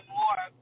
more